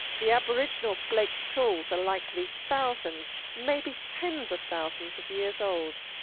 the aboriginal flake tools are likely thousands, maybe tens of thousands of years old.